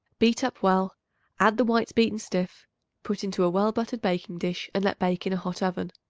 beat up well add the whites beaten stiff put into a well-buttered baking-dish and let bake in a hot oven.